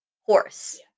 horse